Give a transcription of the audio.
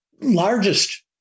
largest